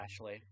Ashley